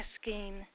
asking